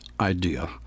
idea